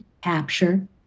capture